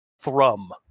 thrum